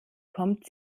kommt